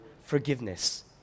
forgiveness